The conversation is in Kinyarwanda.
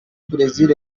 brezil